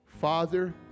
Father